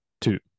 Two